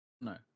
No